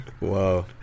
Wow